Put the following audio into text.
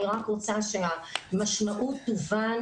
אני רק רוצה שהמשמעות תובן.